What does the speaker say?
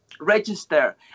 register